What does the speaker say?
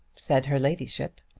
said her ladyship.